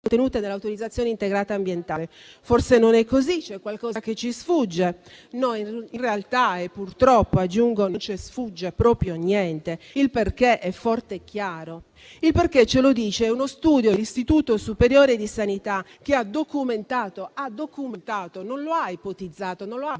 contenute nella autorizzazione integrata ambientale. Forse non è così e c'è qualcosa che ci sfugge. No, in realtà - e aggiungo - purtroppo, non ci sfugge proprio niente. Il perché è forte e chiaro. Il perché ce lo dice uno studio dell'Istituto superiore di sanità, che ha documentato - non lo ha ipotizzato o